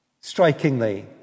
strikingly